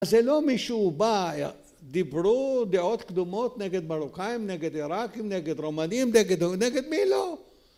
אז זה לא מישהו בא דיברו דעות קדומות נגד מרוקאים נגד עיראקים נגד רומנים נגד מי לא